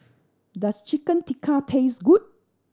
does Chicken Tikka taste good